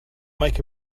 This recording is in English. make